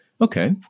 Okay